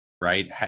right